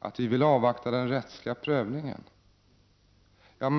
att vi vill avvakta den rättsliga prövningen.